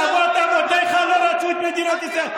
אבות-אבותיך לא רצו את מדינת ישראל.